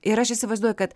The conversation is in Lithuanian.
ir aš įsivaizduoju kad